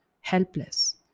helpless